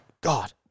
God